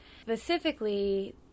specifically